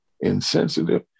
insensitive